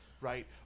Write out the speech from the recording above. right